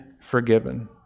forgiven